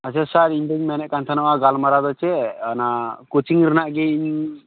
ᱟᱪᱷᱟ ᱥᱟᱨ ᱤᱧᱫᱩᱧ ᱢᱮᱱᱮᱫ ᱠᱟᱱ ᱛᱟᱦᱮᱱᱟ ᱜᱟᱞᱢᱟᱨᱟᱣ ᱫᱚ ᱪᱮᱫ ᱚᱱᱟ ᱠᱚᱪᱤᱝᱨᱮᱱᱟᱜ ᱜᱮ ᱤᱧᱤᱧ